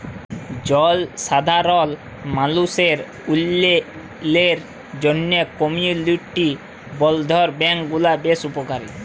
জলসাধারল মালুসের উল্ল্যয়লের জ্যনহে কমিউলিটি বলধ্ল ব্যাংক গুলা বেশ উপকারী